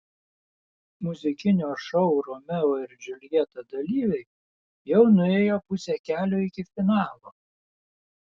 muzikinio šou romeo ir džiuljeta dalyviai jau nuėjo pusę kelio iki finalo